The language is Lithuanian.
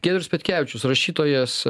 giedrius petkevičius rašytojas